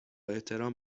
احترام